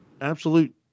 absolute